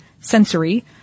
sensory